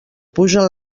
pugen